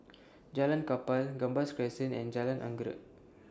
Jalan Kapal Gambas Crescent and Jalan Anggerek